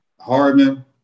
Hardman